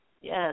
Yes